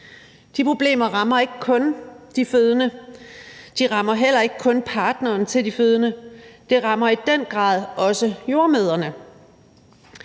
De problemer rammer ikke kun de fødende. De rammer heller ikke kun partnerne til de fødende. De rammer i den grad også jordemødrene.